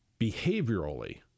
behaviorally